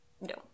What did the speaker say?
no